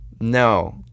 No